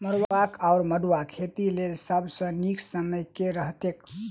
मरुआक वा मड़ुआ खेतीक लेल सब सऽ नीक समय केँ रहतैक?